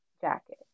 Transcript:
jacket